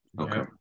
okay